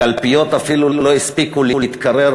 הקלפיות אפילו לא הספיקו להתקרר.